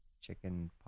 Chicken